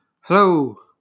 hello